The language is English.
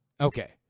Okay